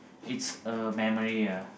it's a memory ah